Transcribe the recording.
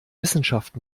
wissenschaft